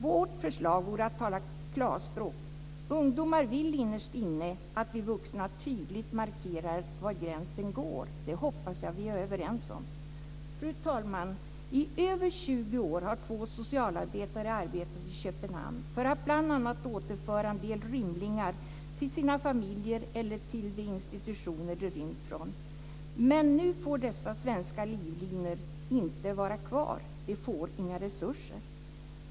Vårt förslag vore att tala klarspråk. Ungdomar vill innerst inne att vi vuxna tydligt markerar var gränsen går. Det hoppas jag att vi är överens om. Fru talman! I över 20 år har två socialarbetare arbetat i Köpenhamn, för att bl.a. återföra en del rymlingar till deras familjer eller till de institutioner de rymt från. Men nu får dessa svenska livlinor inte vara kvar. De får inga resurser.